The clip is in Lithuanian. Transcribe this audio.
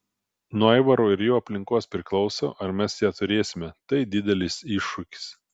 nuo aivaro ir jo aplinkos priklauso ar mes ją turėsime tai didelis iššūkis